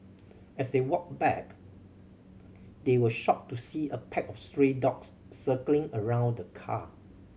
as they walked back they were shocked to see a pack of stray dogs circling around the car